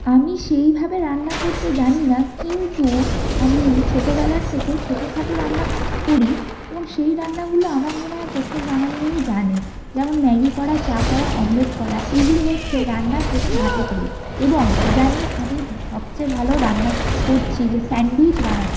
আমি সেইভাবে রান্না করতে জানি না কিন্তু আমি ছোটবেলার থেকে ছোটখাটো রান্না করি এবং সেই রান্নাগুলো আমার মনে হয় প্রত্যেক বাঙালি মেয়েই জানে যেমন ম্যাগি করা চা করা অমলেট করা এগুলো হচ্ছে রান্নার প্রথম হাতেখড়ি এবং ইদানীং আমি সবচেয়ে ভালো রান্না করছি যে স্যান্ডউইচ বানানো